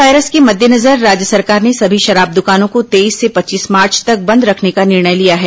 corona virus के मद्देनजर राज्य सरकार ने सभी शराब दुकानों को तेईस से पच्चीस मार्च तक बंद रखने का निर्णय लिया है